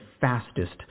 fastest